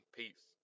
peace